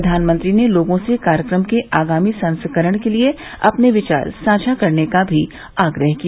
प्रधानमंत्री ने लोगों से कार्यक्रम के आगामी संस्करण के लिए अपने विचार साझा करने का भी आग्रह किया